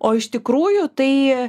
o iš tikrųjų tai